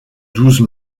douze